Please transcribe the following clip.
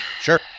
Sure